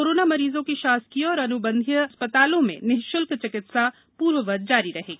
corona मरीजों की शासकीय एवं अनुबंधित अस्पतालों में निश्ल्क चिकित्सा पूर्ववत जारी रहेगी